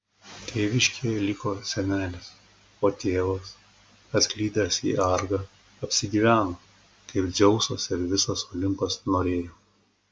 tėviškėje liko senelis o tėvas atklydęs į argą apsigyveno kaip dzeusas ir visas olimpas norėjo